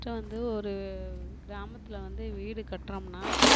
first வந்து ஒரு கிராமத்தில் வந்து வீடு கட்டுறோம்னா